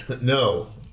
No